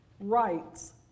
rights